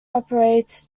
operates